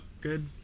good